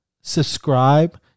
subscribe